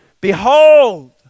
Behold